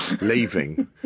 leaving